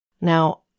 Now